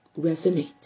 resonate